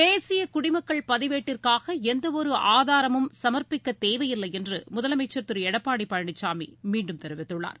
தேசிய குடிமக்கள் பதிவேட்டிற்காக எந்தவொரு ஆதாரமும் சமா்ப்பிக்க தேவையில்லை என்று முதலமைச்சர் திரு எடப்பாடி பழனிசாமி மீண்டும் தெரிவித்துள்ளார்